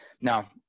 Now